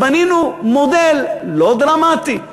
אז בנינו מודל, לא דרמטי,